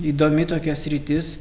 įdomi tokia sritis